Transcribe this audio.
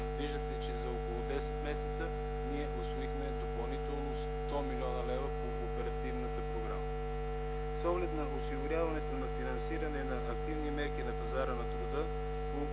Виждате, че за около десет месеца ние усвоихме допълнително 100 млн. лв. по оперативната програма. С оглед осигуряването на финансиране на активни мерки на пазара на труда